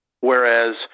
whereas